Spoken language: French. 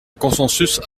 consensus